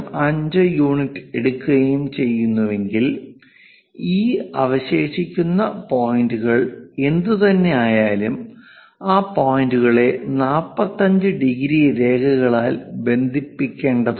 5 unit എടുക്കുകയും ചെയ്യുന്നുവെങ്കിൽ ഈ അവശേഷിക്കുന്ന പോയിന്റുകൾ എന്തുതന്നെയായാലും ആ പോയിന്റുകളെ 45 ഡിഗ്രി രേഖകളാൽ ബന്ധിപ്പിക്കേണ്ടതുണ്ട്